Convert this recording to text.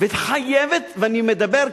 ואני מדבר,